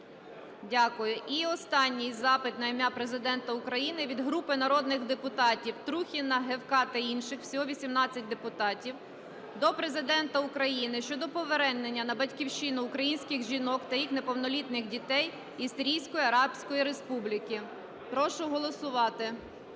Дякую. І останній запит на ім'я Президента України від групи народних депутатів (Трухіна, Гевка та інших. Всього 18 депутатів) до Президента України щодо повернення на Батьківщину українських жінок та їх неповнолітніх дітей із Сирійської Арабської республіки. Прошу голосувати.